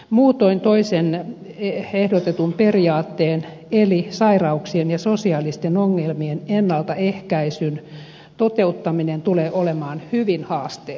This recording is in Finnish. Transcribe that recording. muutoin toisen ehdotetun periaatteen eli sairauksien ja sosiaalisten ongelmien ennaltaehkäisyn toteuttaminen tulee olemaan hyvin haasteellista